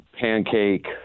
pancake